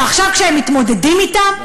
ועכשיו כשהם מתמודדים אתם,